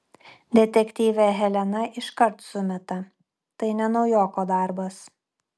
detektyvė helena iškart sumeta tai ne naujoko darbas